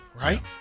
right